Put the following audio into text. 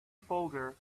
folder